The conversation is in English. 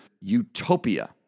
utopia